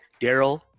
Daryl